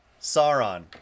sauron